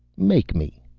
make me.